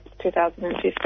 2015